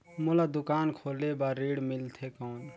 मोला दुकान खोले बार ऋण मिलथे कौन?